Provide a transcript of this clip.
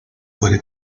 puede